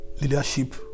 Leadership